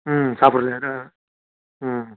ம் சாப்பிட்றது இடம் ஆ ம்